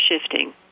shifting